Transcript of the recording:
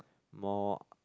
more